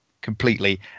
completely